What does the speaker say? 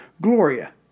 Gloria